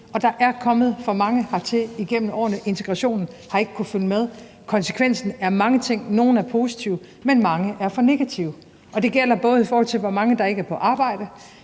Og der er kommet for mange hertil igennem årene; integrationen har ikke kunnet følge med. Konsekvensen er mange ting – nogle er positive, men mange er for negative. Det gælder, i forhold til hvor mange der ikke er på arbejde,